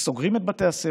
וסוגרים את בתי הספר,